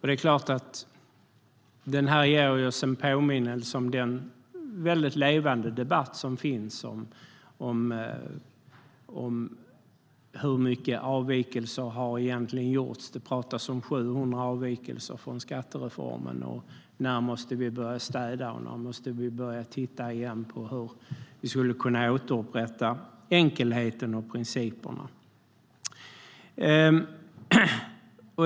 Det är klart att det här ger oss en påminnelse om den levande debatten om hur många avvikelser som egentligen har gjorts. Det pratas om 700 avvikelser från skattereformen. När måste vi börja städa och se över hur vi skulle kunna återupprätta enkelheten och principerna?